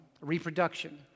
reproduction